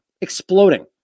Exploding